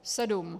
Sedm!